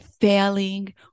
failing